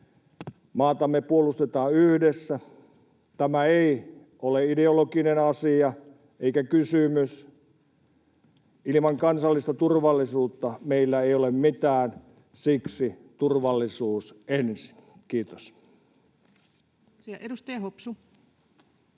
Maatamme puolustetaan yhdessä. Tämä ei ole ideologinen asia eikä kysymys. Ilman kansallista turvallisuutta meillä ei ole mitään. Siksi turvallisuus ensin. — Kiitos.